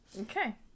Okay